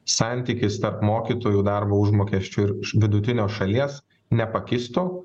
santykis tarp mokytojų darbo užmokesčio ir vidutinio šalies nepakistų